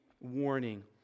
warning